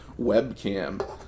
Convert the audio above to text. webcam